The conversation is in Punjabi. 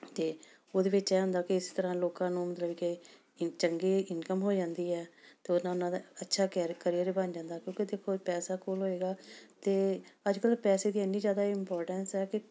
ਅਤੇ ਉਹਦੇ ਵਿੱਚ ਇਹ ਹੁੰਦਾ ਕਿ ਜਿਸ ਤਰ੍ਹਾਂ ਲੋਕਾਂ ਨੂੰ ਮਤਲਬ ਕਿ ਇੰ ਚੰਗੀ ਇਨਕਮ ਹੋ ਜਾਂਦੀ ਹੈ ਅਤੇ ਉ ਉਹਨਾਂ ਦਾ ਅੱਛਾ ਕੈਰ ਕਰੀਅਰ ਬਣ ਜਾਂਦਾ ਕਿਉਂਕਿ ਉੱਥੇ ਕੋਈ ਪੈਸਾ ਕੋਲ ਹੋਏਗਾ ਅਤੇ ਅੱਜ ਕੱਲ੍ਹ ਪੈਸੇ ਦੀ ਇੰਨੀ ਜ਼ਿਆਦਾ ਇੰਪੋਟੈਂਸ ਹੈ ਕਿ